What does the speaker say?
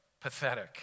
Pathetic